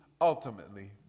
ultimately